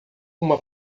uma